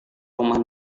rumah